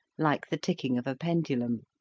like the ticking of a pendulum